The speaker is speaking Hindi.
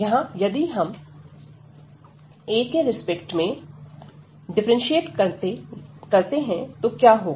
यहां यदि हम a के रिस्पेक्ट में डिफरेंशिएट करते हैं तो क्या होगा